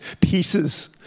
pieces